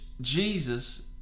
Jesus